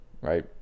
right